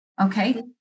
Okay